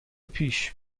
پیش